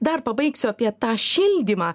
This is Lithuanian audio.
dar pabaigsiu apie tą šildymą